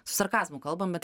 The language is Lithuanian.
su sarkazmu kalbam bet